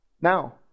Now